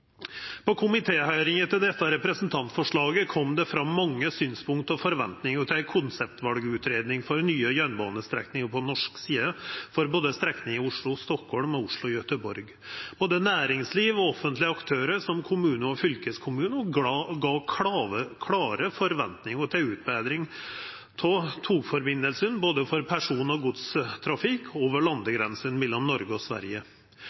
På komitéhøyringa til dette representantforslaget kom det fram mange synspunkt og forventningar til konseptvalutgreiingar for nye jernbanestrekningar på norsk side for både strekninga Oslo–Stockholm og Oslo–Göteborg. Både næringsliv og offentlege aktørar som kommune og fylkeskommune gav klare forventningar til utbetring av togsambandet for både person- og godstrafikk over landegrensa mellom Noreg og Sverige.